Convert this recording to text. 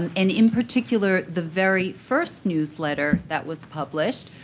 and and in particular, the very first newsletter that was published,